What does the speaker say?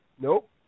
Nope